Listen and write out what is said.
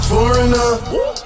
Foreigner